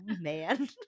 man